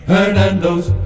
Hernando's